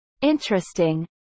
Interesting